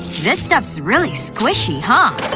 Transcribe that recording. this stuff's really squishy, huh?